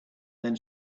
then